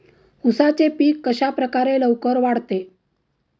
उसाचे पीक कशाप्रकारे लवकर वाढते?